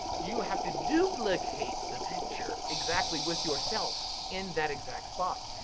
you have to duplicate the picture exactly with yourself in that exact spot.